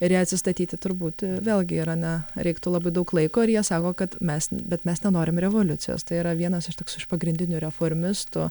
ir jai atsistatyti turbūt vėlgi irane reiktų labai daug laiko ir jie sako kad mes bet mes nenorim revoliucijos tai yra vienas iš toks iš pagrindinių reformistų